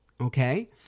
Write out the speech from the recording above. Okay